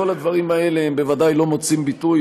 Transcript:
כל הדברים האלה בוודאי לא מוצאים ביטוי,